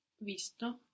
visto